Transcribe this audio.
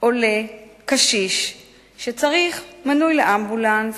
עולה קשיש שצריך מינוי לאמבולנס